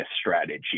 strategy